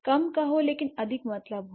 कम कहो लेकिन अधिक मतलब हो